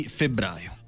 febbraio